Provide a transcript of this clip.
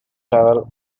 travel